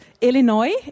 Illinois